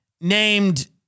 named